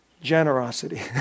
Generosity